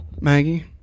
Maggie